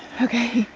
okay.